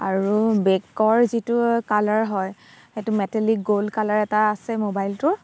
আৰু বেকৰ যিটো কালাৰ হয় সেইটো মেটেলিক গ'ল্ড কালাৰ এটা আছে মোবাইলটোৰ